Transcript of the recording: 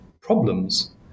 problems